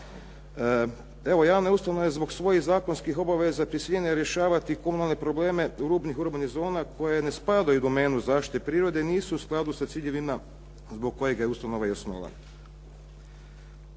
Evo, javne ustanove zbog svojih zakonskih obaveza prisiljene rješavati komunalne probleme rubnih urbanih zona koje ne spadaju u domenu zaštite prirode, nisu u skladu sa ciljevima zbog kojega je ustanova i osnovana.